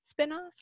spinoff